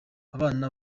abana